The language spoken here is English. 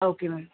okay ma'am